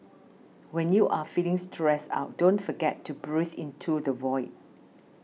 when you are feeling stressed out don't forget to breathe into the void